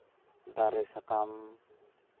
ᱫᱟᱨᱮ ᱥᱟᱠᱟᱢ